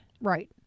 Right